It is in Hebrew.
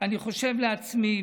"אני חושב לעצמי,